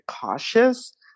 cautious